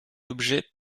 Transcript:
objet